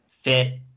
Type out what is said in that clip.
fit